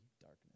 darkness